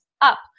up